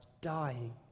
dying